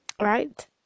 Right